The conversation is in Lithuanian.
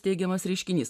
teigiamas reiškinys